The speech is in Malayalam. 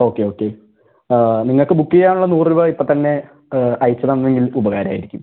ഓക്കെ ഓക്കെ ആ നിങ്ങൾക്ക് ബുക്ക് ചെയ്യാനുള്ള നൂറ് രൂപ ഇപ്പത്തന്നെ അയച്ച് തന്നെങ്കിൽ ഉപകാരമായിരിക്കും